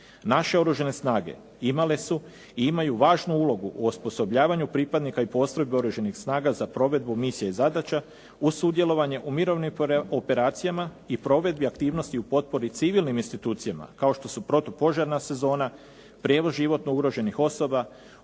naše Oružane snage imale su i imaju važnu ulogu u osposobljavanju pripadnika i postrojbi Oružanih snaga za provedbu misije i zadaća uz sudjelovanju u mirovnim operacijama i provedbi aktivnosti u potpori civilnim institucijama kao što su protupožarna sezona, prijevoz životno ugroženih osoba,